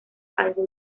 algo